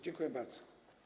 Dziękuję bardzo.